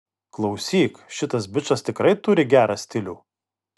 klausyk šitas bičas tikrai turi gerą stilių